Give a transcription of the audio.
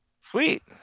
Sweet